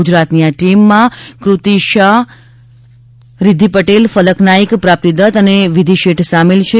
ગુજરાતની આ ટીમ ક્રીતી શાહ રિધ્ધી પટેલ ફલક નાઇક પ્રાપ્તિ દત્ત અને વિધિ શેઠ સામેલ હતા